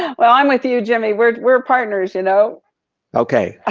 well, i'm with you jimmy. we're we're partners. you know okay. ah